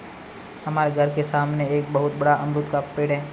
हमारे घर के सामने एक बहुत बड़ा अमरूद का पेड़ है